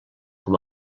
com